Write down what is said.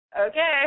Okay